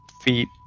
feet